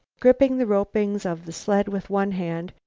gripping the ropings of the sled with one hand,